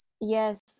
yes